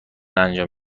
انجام